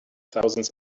thousands